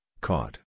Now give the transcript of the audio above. caught